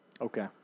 okay